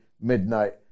Midnight